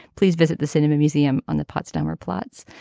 please visit the cinema museum on the potsdamer platz.